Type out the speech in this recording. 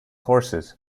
horses